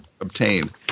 obtained